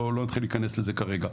לא נתחיל להיכנס לזה כרגע.